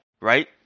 right